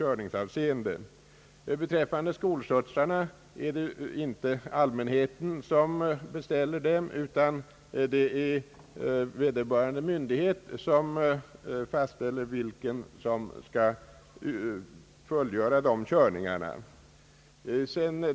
Vad beträffar skolskjutsarna är det ju inte allmänheten som beställer dem, utan det är vederbörande myndighet som fastställer vem som skall fullgöra dessa körningar.